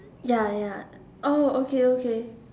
ya ya oh okay okay